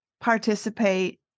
participate